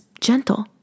gentle